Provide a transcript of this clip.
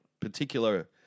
particular